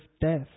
death